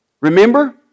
Remember